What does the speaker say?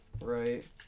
Right